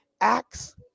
acts